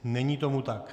Není tomu tak.